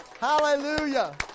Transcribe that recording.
Hallelujah